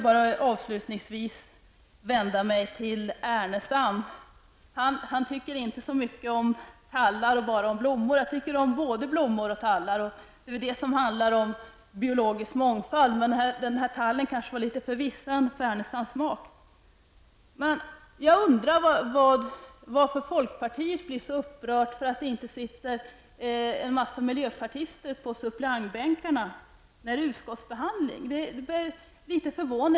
Jag vill också vända mig till Lars Ernestam, som inte tycker så mycket om tallar utan bara om blommor. Jag tycker om både blommor och tallar. Det är väl det som kallas biologisk mångfald. Tallen kanske var litet för vissen för Lars Ernestams smak. Jag undrar varför folkpartiet blir så upprört över att det inte sitter en massa miljöpartister på suppleantbänkarna vid utskottsbehandlingen.